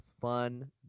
fun